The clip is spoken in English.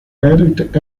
direct